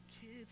kids